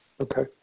Okay